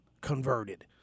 converted